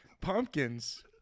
Pumpkins